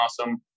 awesome